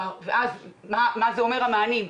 מה זה אומר המענים?